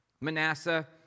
Manasseh